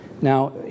now